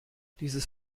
dieses